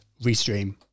Restream